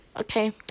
Okay